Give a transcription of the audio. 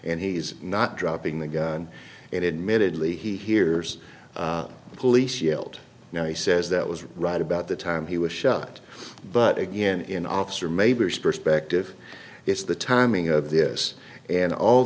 and he's not dropping the gun and admittedly he hears the police yelled now he says that was right about the time he was shot but again in office or maybe was perspective it's the timing of this and all